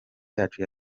yacu